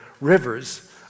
rivers